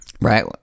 Right